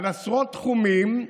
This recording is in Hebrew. על עשרות תחומים,